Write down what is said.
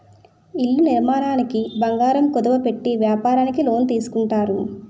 ఇళ్ల నిర్మాణానికి బంగారం కుదువ పెట్టి వ్యాపారానికి లోన్ తీసుకుంటారు